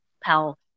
Pal